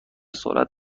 سرعت